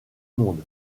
monde